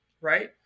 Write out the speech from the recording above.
right